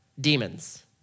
demons